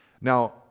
Now